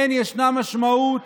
כן ישנה משמעות